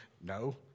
no